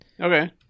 Okay